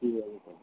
ঠিক আছে তাহলে